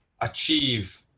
achieve